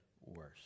worse